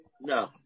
No